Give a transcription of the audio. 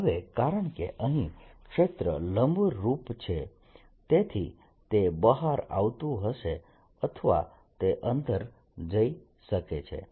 હવે કારણકે અહીં ક્ષેત્ર લંબરૂપ છે તેથી તે બહાર આવતુ હશે અથવા તે અંદર જઇ શકે છે